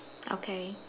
okay